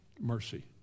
mercy